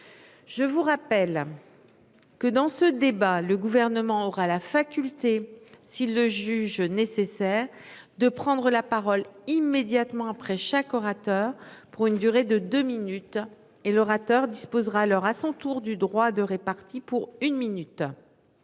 Je vous rappelle. Que dans ce débat, le gouvernement aura la faculté s'il le juge nécessaire de prendre la parole immédiatement. Après chaque orateur pour une durée de deux minutes et l'orateur disposera alors à son tour du droit de répartis pour une minute.